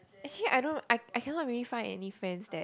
actually I don't I I cannot really find any friends that